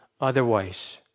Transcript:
Otherwise